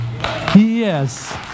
Yes